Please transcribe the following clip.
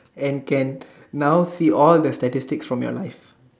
and can now see all the statistic from your life